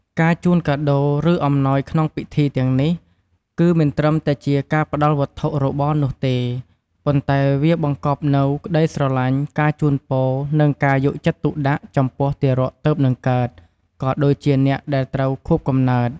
ការជូនកាដូ ឬអំណោយក្នុងពិធីទាំងនេះ គឺមិនត្រឹមតែជាការផ្ដល់វត្ថុរបរនោះទេ ប៉ុន្តែវាបង្កប់នូវ ក្ដីស្រលាញ់ ការជូនពរ និងការយកចិត្តទុកដាក់ ចំពោះទារកទើបនឹងកើត ក៏ដូចជាអ្នកដែលត្រូវខួបកំណើត។